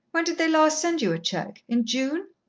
when did they last send you a cheque? in june?